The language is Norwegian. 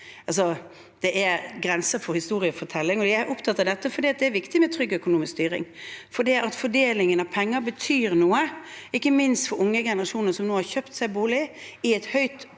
Det er grenser for historiefortelling. Jeg er opptatt av dette fordi det er viktig med trygg økonomisk styring, fordi fordelingen av penger betyr noe, ikke minst for yngre generasjoner som nå har kjøpt seg bolig i et høyt